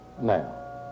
now